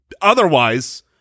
Otherwise